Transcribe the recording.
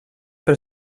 per